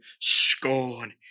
scorn